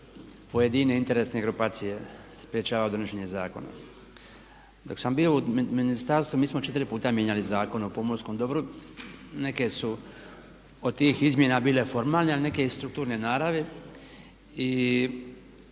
pojedine interesne grupacije sprječava donošenje zakona. Dok sam bio u ministarstvu mi smo četiri puta mijenjali Zakon o pomorskom dobru. Neke su od tih izmjena bile formalne, a neke i strukturne naravi.